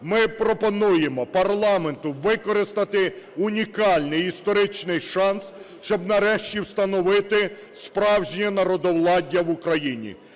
Ми пропонуємо парламенту використати унікальний історичний шанс, щоб нарешті встановити справжнє народовладдя в Україні.